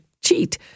cheat